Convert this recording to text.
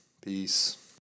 Peace